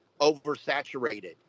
oversaturated